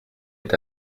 est